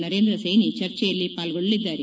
ನರೇಂದ್ರ ಸೈನಿ ಚರ್ಚೆಯಲ್ಲಿ ಪಾಲ್ಗೊಳ್ಳಲಿದ್ದಾರೆ